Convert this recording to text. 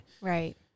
Right